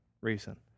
reason